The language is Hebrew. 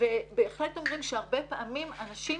ובהחלט אומרים שהרבה פעמים אנשים